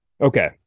okay